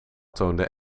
toonde